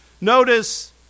Notice